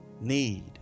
need